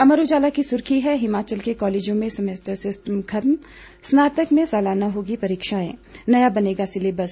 अमर उजाला की सुर्खी है हिमाचल के कॉलेजों में सैमेस्टर सिस्टम खत्म स्नातक में सालाना होंगी परीक्षाएं नया बनेगा सिलेबस